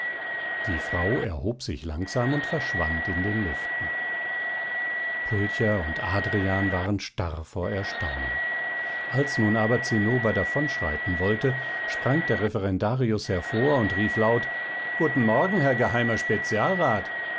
die frau erhob sich langsam und verschwand in den lüften pulcher und adrian waren starr vor erstaunen als nun aber zinnober davonschreiten wollte sprang der referendarius hervor und rief laut guten morgen herr geheimer